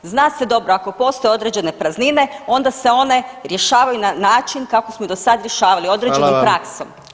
Zna se dobro ako postoje određene praznine onda se one rješavaju na način kako smo i do sad rješavali određenom praksom.